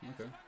okay